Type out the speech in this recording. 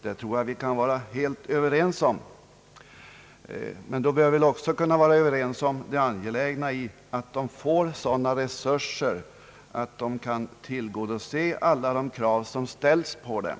Jag tror att vi kan vara helt överens om detta. Då bör vi också kunna vara överens om angelägenheten av att dessa företag får sådana resurser att de kan uppfylla de krav som ställs på dem.